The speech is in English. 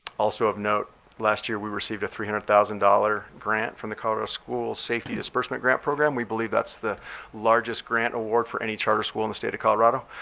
also of note, last year we received a three hundred thousand dollars grant from the colorado school safety disbursement grant program. we believe that's the largest grant award for any charter school in the state of colorado.